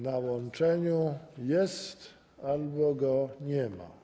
Na łączeniu jest albo go nie ma.